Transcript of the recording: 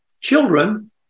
children